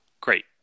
Great